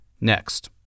next